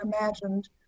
imagined